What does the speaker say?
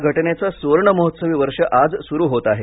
या घटनेचं सुवर्ण महोत्सवी वर्ष आज सुरू होतं आहे